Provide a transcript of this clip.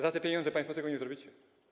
Za te pieniądze państwo tego nie zrobicie.